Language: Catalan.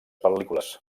pel·lícules